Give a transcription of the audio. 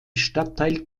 stadtteil